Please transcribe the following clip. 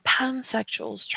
pansexuals